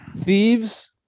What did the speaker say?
thieves